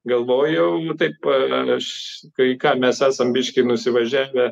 galvojau taip aš kai ką mes esam biškį nusivažiavę